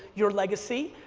your legacy.